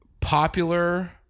popular